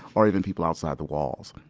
or even people outside the walls.